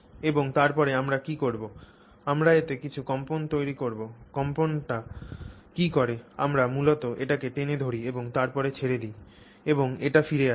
এবং তারপরে আমরা কী করব আমরা এতে কিছু কম্পন তৈরি করব কম্পনটি কী করে আমরা মূলত এটিকে টেনে ধরি এবং তারপরে ছেড়ে দি এবং এটি ফিরে যায়